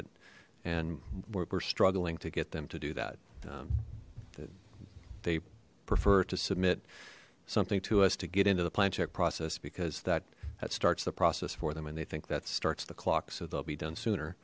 and we're struggling to get them to do that they prefer to submit something to us to get into the plan check process because that that starts the process for them and they think that starts the clock so they'll be done sooner